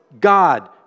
God